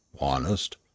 HONEST